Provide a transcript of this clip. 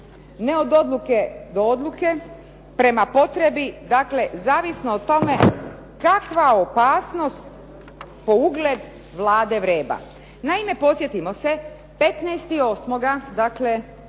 ne odluke do odluke, prema potrebi dakle zavisno o tome kakva opasnost po ugled Vlade vreba. Naime, podsjetimo se 15.8.